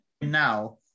now